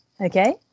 okay